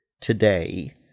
today